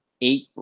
eight